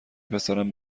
پسرم